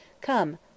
Come!—